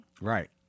right